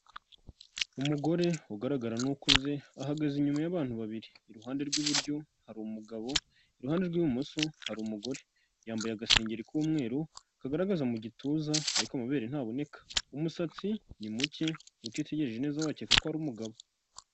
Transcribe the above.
Umugore ugaragara nk'ukuze ahagaze inyuma y'abantu babiri, iruhande rw'iburyo hari umugabo, iruhande rw'bumoso hari umugore, yambaye agasengeri k'umweru kagaragaza mu gituza ariko amabere ntaboneka, umusatsi ni muke, utitegereje neza wakeka ko ari umugabo.